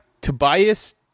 Tobias